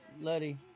Letty